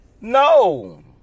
No